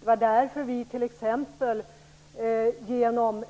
Det var därför som vi t.ex. genom